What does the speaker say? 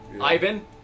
Ivan